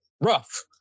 rough